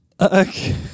Okay